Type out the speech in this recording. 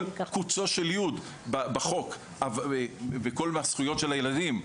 קוצו של יוד בחוק ובזכויות של הילדים,